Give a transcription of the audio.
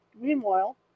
Meanwhile